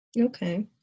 Okay